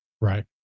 Right